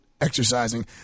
exercising